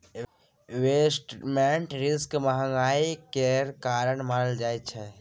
investment risk महंगाई केर कारण मानल जाइ छै